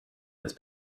this